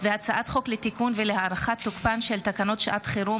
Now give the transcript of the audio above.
הצעת חוק לתיקון ולהארכת תוקפן של תקנות שעת חירום